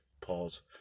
Pause